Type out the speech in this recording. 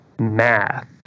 math